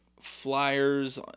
flyers